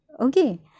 Okay